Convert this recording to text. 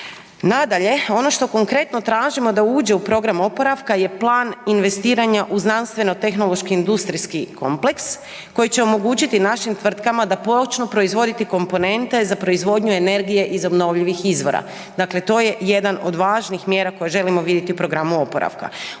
Nadalje, ono što konkretno tražimo da uđe u program oporavka je plan investiranja u znanstveno-tehnološko-industrijski kompleks koji će omogućiti našim tvrtkama da počnu proizvoditi komponente za proizvodnju energije iz obnovljivih izvora. Dakle, to je jedan od važnijih mjera koje želimo vidjeti u programu oporavka.